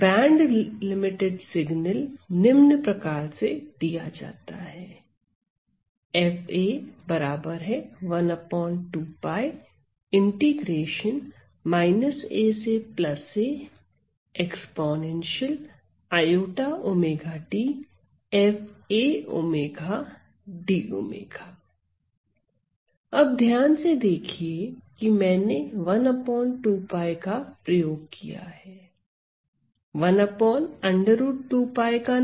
band limited signal निम्न प्रकार से दिया जाता है अब ध्यान से देखिए कि मैंने 1 2 𝜋 का प्रयोग किया है 1 √2π का नहीं